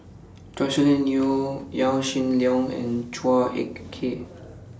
Joscelin Yeo Yaw Shin Leong and Chua Ek Kay